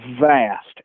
vast